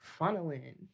funneling